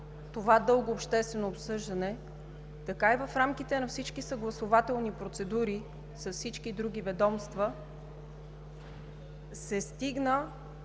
това дълго обществено обсъждане, и в рамките на всички съгласувателни процедури с всички други ведомства се стигна